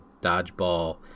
dodgeball